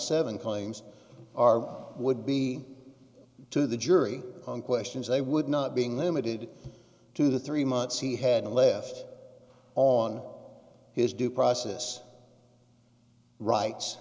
seven claims are would be to the jury on questions they would not being limited to the three months he had left on his due process right